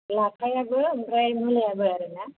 लाफायाबो ओमफ्राय मुलायाबो आरोना